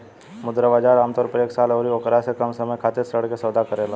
मुद्रा बाजार आमतौर पर एक साल अउरी ओकरा से कम समय खातिर ऋण के सौदा करेला